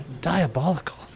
diabolical